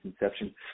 inception